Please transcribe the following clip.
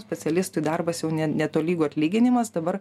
specialistui darbas jau ne netolygu atlyginimas dabar